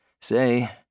Say